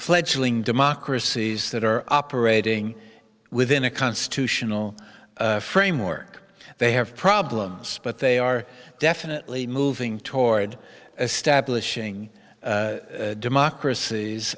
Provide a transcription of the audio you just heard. fledgling democracies that are operating within a constitutional framework they have problems but they are definitely moving toward establishing democrac